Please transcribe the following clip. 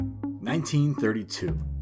1932